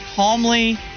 Calmly